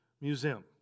museum